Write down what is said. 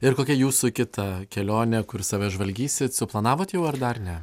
ir kokia jūsų kita kelionė kur save žvalgysit suplanavot jau ar dar ne